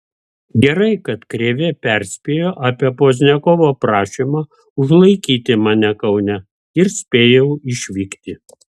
gerai kad krėvė perspėjo apie pozniakovo prašymą užlaikyti mane kaune ir spėjau išvykti